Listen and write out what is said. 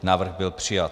Návrh byl přijat.